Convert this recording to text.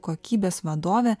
kokybės vadovė